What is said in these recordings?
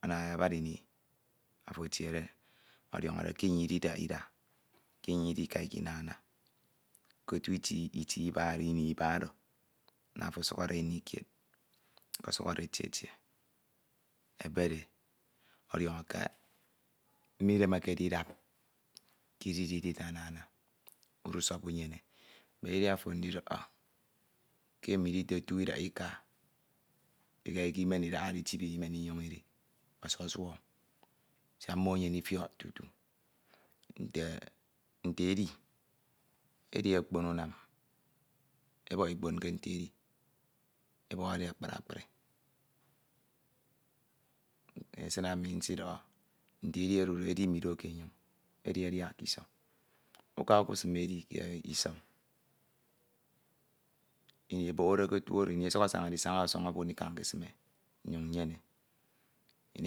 ana ababad ini ofo etiede odioñọde ke enye idika ikinana, k'otu itie iba, ini iba oro, idika ikọsukhọ re inana ana ofo ọsukhọde etetie ebed e ọdiọñọke ke midemekede idap ke ididi idinana udusọp unyene e ebedidi ato ndidọho e ke emo nditoku idaha ika ika ikemen e idahaoro etip e imen e inyoñ idi ọsu osu siak mmo enyene ifiọk tutu. Nte edi, edi okpon unam tutu, ebọk ikponke nte edi, ebọk edi akpri akpri enyesin ami nsidọhọ nte edi, edi imidokke enyoñ, edi adia k'isọñ. Uka ukesima edi ke isọñ. Ini ebohode k'otu oro ini esuk asañade isañ ọsọsọñ owu ndika nkesime e nnyuñ nnyene e, ini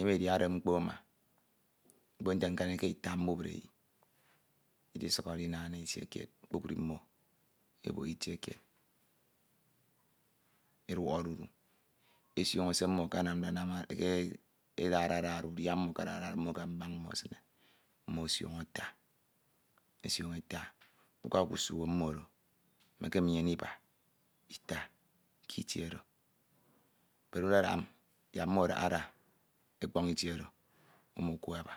emi ediade mkpo ama, mkpo nte nkamka eta mbubreyi, Idisukhode mana itie kied kpukpru mmo eboho itie kied eduọk odudu, esioño se mmo akanamde anam e ekedade da udia mmo akadadeda mmodo ke mbañ mmo esine mmo osioño ata, esioño eta, uka ukosube mmo do mekeme ndinyene iba ma ita k'itie oro. Bedunanam yak mmo adahada umukwe aba.